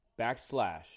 backslash